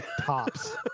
Tops